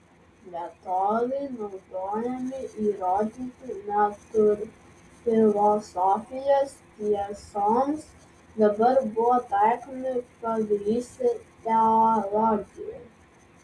metodai naudojami įrodyti natūrfilosofijos tiesoms dabar buvo taikomi pagrįsti teologijai